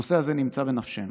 הנושא זה נמצא בנפשנו.